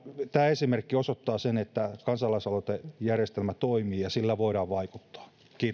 tämä esimerkki osoittaa sen että kansalaisaloitejärjestelmä toimii ja sillä voidaan vaikuttaa kiitos